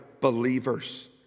believers